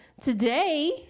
today